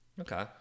Okay